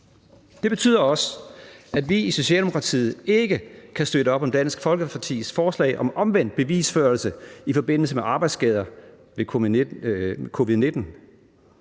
Det betyder også, at vi i Socialdemokratiet ikke kan støtte op om Dansk Folkepartis forslag om omvendt bevisførelse i forbindelse med arbejdsskader ved covid-19.